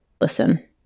Listen